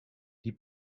die